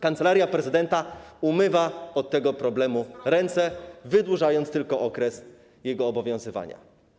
Kancelaria Prezydenta umywa od tego problemu ręce, wydłużając tylko okres jego obowiązywania.